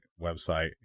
website